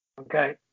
Okay